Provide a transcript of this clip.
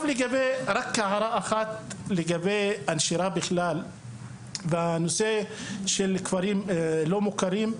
יש לי הערה אחרת לגבי הנשירה בהקשר של הכפרים הלא מוכרים.